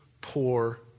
poor